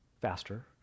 faster